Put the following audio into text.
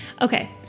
Okay